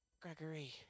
Gregory